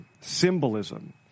symbolism